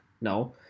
No